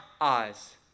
eyes